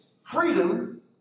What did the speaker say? freedom